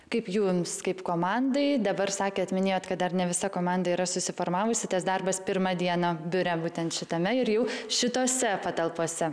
kaip jums kaip komandai dabar sakėt minėjot kad dar ne visa komanda yra susiformavusi tas darbas pirmą dieną biure būtent šitame ir jau šitose patalpose